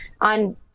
on